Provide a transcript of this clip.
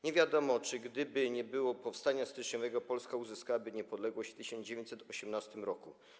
Nie wiadomo, czy gdyby nie było powstania styczniowego, Polska uzyskałaby niepodległość w 1918 r.